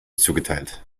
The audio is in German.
zugeteilt